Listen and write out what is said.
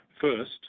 First